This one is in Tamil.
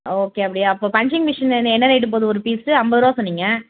ஓகே அப்படியா அப்போ பஞ்சிங் மிஷினு என்ன என்ன ரேட்டு போகுது ஒரு பீஸ்ஸு ஐம்பதுருவா சொன்னிங்க